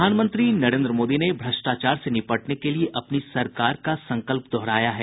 प्रधानमंत्री नरेन्द्र मोदी ने भ्रष्टाचार से निपटने के लिए अपनी सरकार का संकल्प दोहराया है